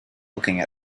looking